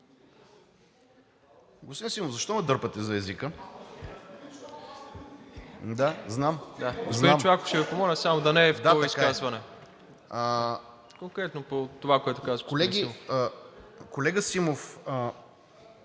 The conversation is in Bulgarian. Колеги, колега Симов,